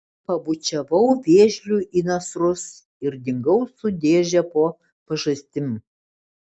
pabučiavau vėžliui į nasrus ir dingau su dėže po pažastim